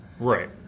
Right